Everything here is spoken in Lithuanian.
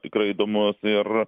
tikrai įdomus ir